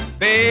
Baby